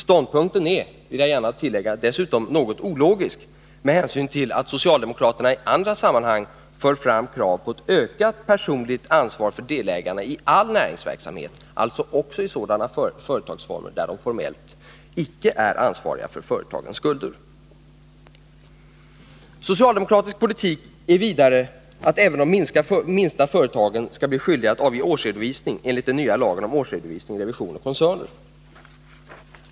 Ståndpunkten är, vill jag gärna tillägga, dessutom ologisk med hänsyn till socialdemokraternas krav i andra sammanhang på ett ökat personligt ansvar för delägarna i all näringsverksamhet, alltså även i sådana företagsformer där de formellt inte är ansvariga för företagets skulder. Socialdemokratisk politik är också att även de minsta företagen skall bli skyldiga att avge årsredovisning enligt den nya lagen om årsredovisning, revision och koncernredovisning.